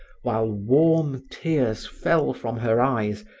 while warm tears fell from her eyes,